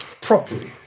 properly